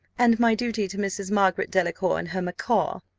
and my duty to mrs. margaret delacour, and her macaw.